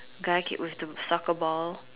guy keep with the soccer ball